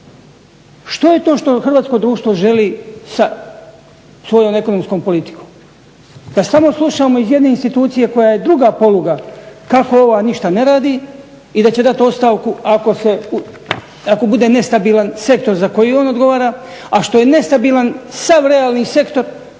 Što je to što hrvatsko društvo želi sa svojom ekonomskom politikom? Da samo slušamo iz jedne institucije koja je druga poluga kako ova ništa ne radi i da će dat ostavku ako bude nestabilan sektor za koji on odgovara, a što je nestabilan sav realni sektor